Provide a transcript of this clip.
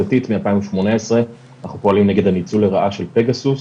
מ-2018 אנחנו פועלים נגד הניצול לרעה של פגסוס,